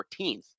14th